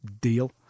deal